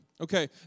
Okay